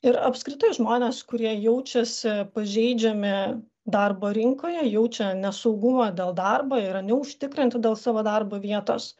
ir apskritai žmonės kurie jaučiasi pažeidžiami darbo rinkoje jaučia nesaugumą dėl darbo yra neužtikrinti dėl savo darbo vietos